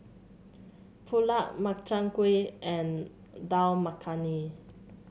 Pulao Makchang Gui and Dal Makhani